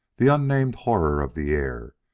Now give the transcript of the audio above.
the unnamed horror of the air,